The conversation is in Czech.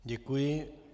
Děkuji.